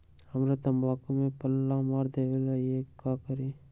हमरा तंबाकू में पल्ला मार देलक ये ला का करी?